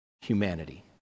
humanity